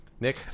Nick